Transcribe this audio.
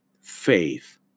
faith